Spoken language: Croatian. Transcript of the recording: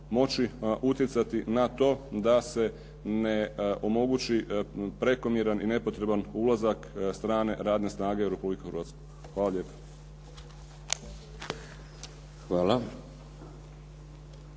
moći utjecati na to da se ne omogući prekomjeran i nepotreban ulazak strane, radne snage u Republiku Hrvatsku. **Šeks,